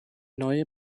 neue